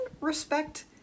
respect